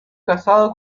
casado